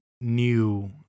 new